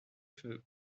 veut